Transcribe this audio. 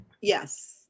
Yes